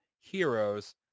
heroes